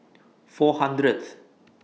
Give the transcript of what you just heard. four hundredth